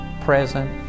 present